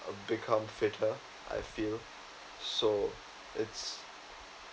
become fitter I feel so it's